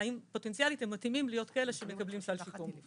אם פוטנציאלית הם מתאימים להיות כאלה שמקבלים סל שיקום.